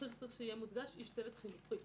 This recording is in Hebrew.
אני חושבת שצריך שיהיה מודגש "איש צוות חינוכי",